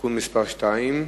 (תיקון מס' 2)